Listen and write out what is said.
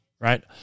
right